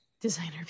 Designer